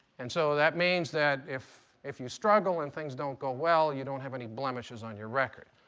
and so that means that if if you struggle and things don't go well, you don't have any blemishes on your record.